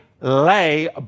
lay